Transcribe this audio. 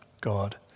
God